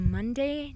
Monday